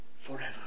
forever